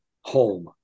home